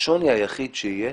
השוני היחיד שיהיה